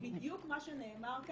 בדיוק כמו שנאמר,